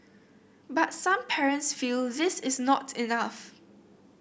but some parents feel this is not enough